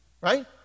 right